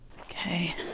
okay